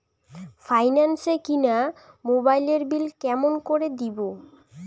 Finance এ কিনা মোবাইলের বিল কেমন করে দিবো?